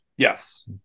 Yes